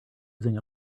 using